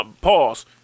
pause